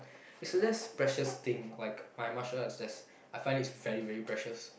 I suggest precious thing like my martial arts that's I find it's very very precious